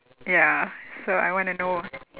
ya so I wanna know